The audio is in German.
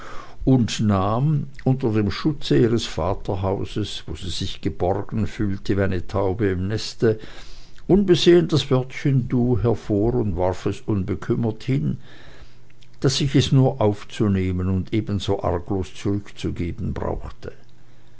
und nahm unter dem schutze ihres vaterhauses wo sie sich geborgen fühlte wie eine taube im neste unbesehens das wörtchen du hervor und warf es unbekümmert hin daß ich es nur aufzunehmen und ebenso arglos zurückzugeben brauchte